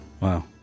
Wow